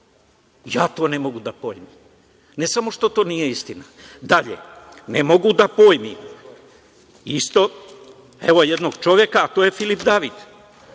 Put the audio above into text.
Ja to ne mogu da pojmim. Ne samo što to nije istina. Dalje, ne mogu da pojmim isto, evo jednog čoveka, a to je Filip David.